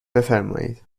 بفرمایید